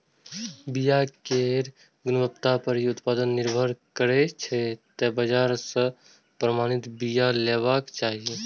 बिया केर गुणवत्ता पर ही उत्पादन निर्भर करै छै, तें बाजार सं प्रमाणित बिया लेबाक चाही